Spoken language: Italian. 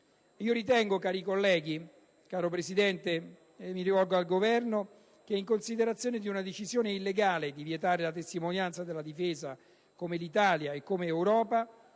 Presidente, cari colleghi, e mi rivolgo anche al Governo, che in considerazione di una decisione illegale di vietare la testimonianza della difesa, come Italia e come Europa